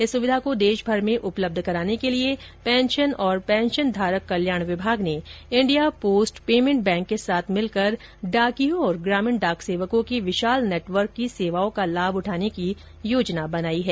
इस सुविधा को देशभर में उपलब्ध कराने के लिए पेंशन और पेंशनधारक कल्याण विभाग ने इंडिया पोस्ट पेमेंट बैंक के साथ मिलकर डाकियों और ग्रामीण डाक सेवकों के विशाल नेटवर्क की सेवाओं का लाभ उठाने की योजना बनाई है